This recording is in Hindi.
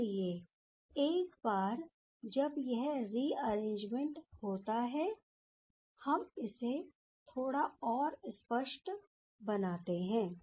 इसलिए एक बार जब यह रिअरेंजमेंट होता है हम इसे थोड़ा और स्पष्ट बनाते हैं